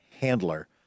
handler